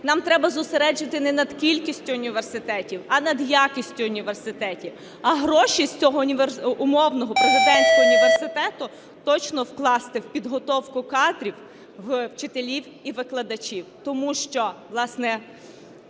нам треба зосереджуватись не над кількістю університетів, а над якістю університетів. А гроші з цього умовного Президентського університету точно вкласти в підготовку кадрів – вчителів і викладачів. Тому що, власне,